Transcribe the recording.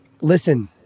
listen